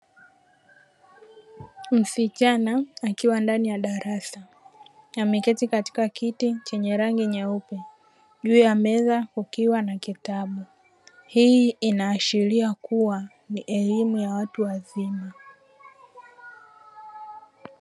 Msichana akiwa ndani ya darasa ameketi katika kiti chenye rangi nyeupe juu ya meza kukiwa na kitabu, hii inaashiria kuwa ni elimu ya watu wazima.